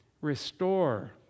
Restore